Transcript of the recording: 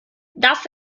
das